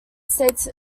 states